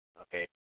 okay